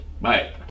Bye